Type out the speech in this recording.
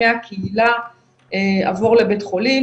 מהקהילה עבור לבית החולים,